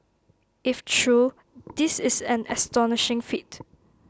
if true this is an astonishing feat